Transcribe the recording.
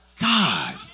God